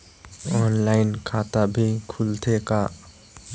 Online खाता भी खुलथे का?